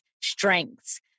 strengths